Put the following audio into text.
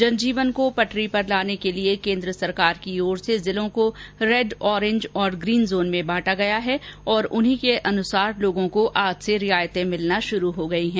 जनजीवन को पटरी पर लाने के लिए केन्द्र सरकार की ओर से जिलों को रैंड ऑरेन्ज और ग्रीन जोन में बांटा गया है और उन्हीं के अनुसार लोगों को आज से रियायतें मिलेंगी